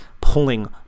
pulling